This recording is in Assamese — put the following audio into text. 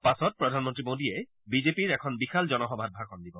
পাছত প্ৰধানমন্ত্ৰী মোদীয়ে বিজেপিৰ এখন বিশাল জনসভাত ভাষণ দিব